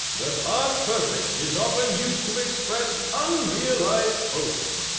the past perfect is often used to express unrealised hopes.